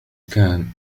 كان